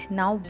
now